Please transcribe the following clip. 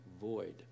void